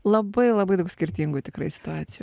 labai labai daug skirtingų tikrai situacijų